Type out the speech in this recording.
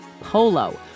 Polo